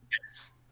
Yes